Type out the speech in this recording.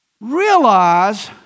Realize